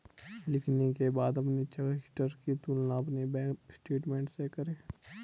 लिखने के बाद अपने चेक रजिस्टर की तुलना अपने बैंक स्टेटमेंट से करें